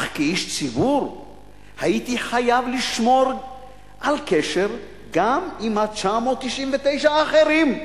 אך כאיש ציבור הייתי חייב לשמור על קשר גם עם 999 האחרים.